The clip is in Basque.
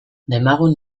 demagun